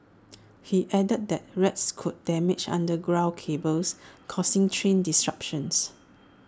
he added that rats could damage underground cables causing train disruptions